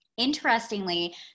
Interestingly